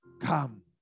come